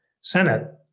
Senate